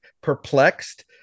perplexed